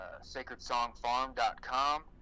sacredsongfarm.com